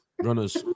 Runners